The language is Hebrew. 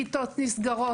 כיתות נסגרות.